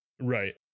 Right